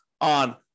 on